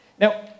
Now